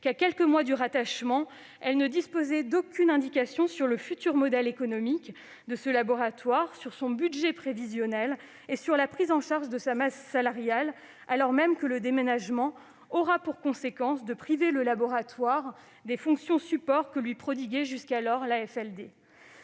que, à quelques mois du rattachement, elle ne disposait d'aucune indication sur le futur modèle économique de ce laboratoire, sur son budget prévisionnel et sur la prise en charge de sa masse salariale, alors même que le déménagement aura pour conséquence de priver le laboratoire des fonctions support que lui prodiguait jusqu'alors l'AFLD.